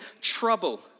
trouble